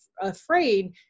afraid